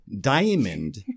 diamond